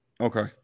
okay